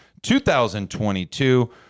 2022